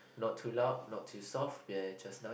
not too loud not too soft you're just nice